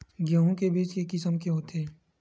गेहूं के बीज के किसम के होथे?